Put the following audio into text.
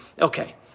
Okay